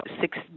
six